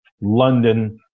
London